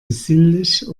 besinnlich